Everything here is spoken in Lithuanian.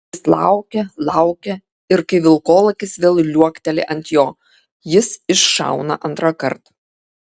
jis laukia laukia ir kai vilkolakis vėl liuokteli ant jo jis iššauna antrąkart